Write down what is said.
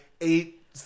eight